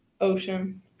Ocean